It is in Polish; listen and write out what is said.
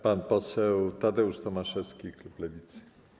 Pan poseł Tadeusz Tomaszewski, klub Lewicy.